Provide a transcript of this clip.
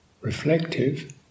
reflective